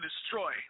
destroy